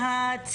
ויסאל.